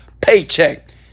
paycheck